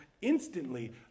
instantly